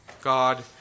God